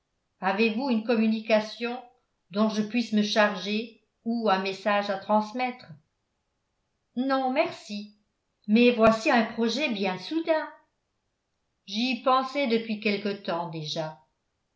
avez-vous une communication dont je puisse me charger ou un message à transmettre non merci mais voici un projet bien soudain j'y pensais depuis quelque temps déjà